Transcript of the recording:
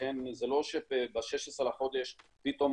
לכן, זה לא שב-16 לחודש פתאום